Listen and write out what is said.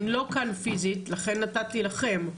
הם לא כאן פיזית לכן נתתי לכם,